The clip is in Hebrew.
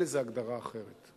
אין לזה הגדרה אחרת.